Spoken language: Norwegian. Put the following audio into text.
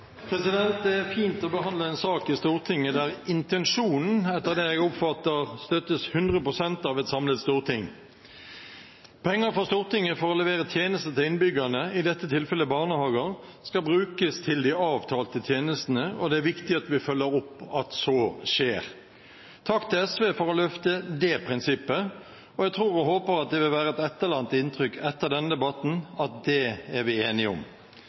fint å behandle en sak i Stortinget der intensjonen, etter det jeg oppfatter, støttes 100 pst. av et samlet storting. Penger fra Stortinget for å levere tjenester til innbyggerne, i dette tilfellet barnehager, skal brukes til de avtalte tjenestene, og det er viktig at vi følger opp at så skjer. Takk til SV for å løfte det prinsippet, og jeg tror og håper at det vil være et etterlatt inntrykk etter denne debatten: at det er vi enige om.